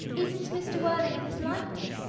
isn't mr. worthing in his library?